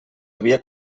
havia